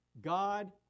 God